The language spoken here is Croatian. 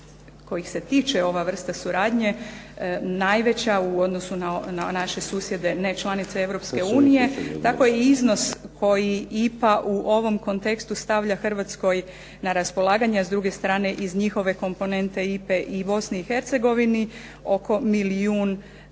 kojih se tiče ova vrsta suradnje najveća u odnosu na naše susjede, nečlanice Europske unije, tako i iznos koji IPA u ovom kontekstu stavlja Hrvatskoj na raspolaganja, a s druge strane iz njihove komponente IPA-e i Bosni i Hercegovini oko milijun